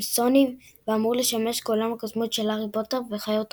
סוני ואמור לשמש כעולם הקוסמות של "הארי פוטר" ו"חיות הפלא"